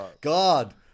God